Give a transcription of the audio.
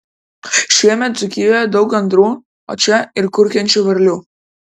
šiemet dzūkijoje daug gandrų o čia ir kurkiančių varlių